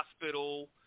hospital